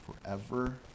forever